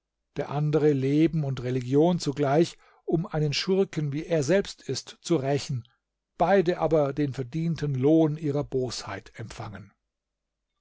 der andere leben und religion zugleich um einen schurken wie er selbst ist zu rächen beide aber den verdienten lohn ihrer bosheit empfangen